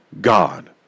God